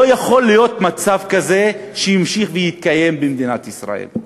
לא יכול להיות שמצב כזה ימשיך ויתקיים במדינת ישראל,